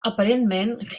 aparentment